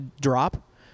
drop